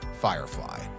Firefly